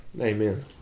amen